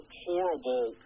horrible